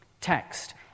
text